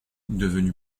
devenu